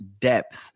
depth